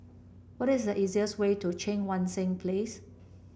what is the easiest way to Cheang Wan Seng Place